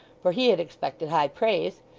for he had expected high praise,